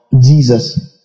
Jesus